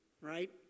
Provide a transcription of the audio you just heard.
right